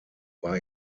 war